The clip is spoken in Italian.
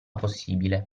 possibile